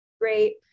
great